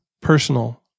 personal